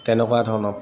তেনেকুৱা ধৰণৰ